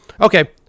Okay